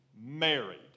married